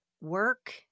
work